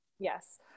Yes